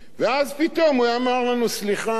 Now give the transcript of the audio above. ואז פתאום הוא היה אומר לנו: סליחה,